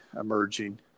emerging